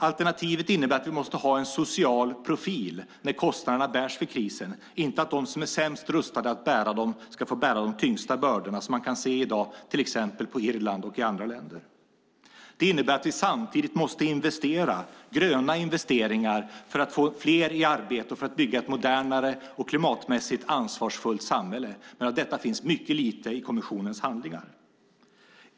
Alternativet innebär att vi måste ha en social profil när kostnaderna bärs för krisen och inte att de som är sämst rustade att bära dem ska få bära de tyngsta bördorna som vi i dag kan se till exempel på Irland och i andra länder. Det innebär att vi samtidigt måste investera. Det handlar som gröna investeringar för att få fler i arbete och för att bygga ett modernare och klimatmässigt mer ansvarsfullt samhälle. Men av detta finns mycket lite i kommissionens handlingar.